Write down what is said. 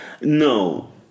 No